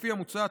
לפי המוצע,